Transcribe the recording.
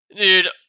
Dude